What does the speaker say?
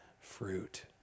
fruit